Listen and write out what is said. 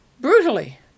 brutally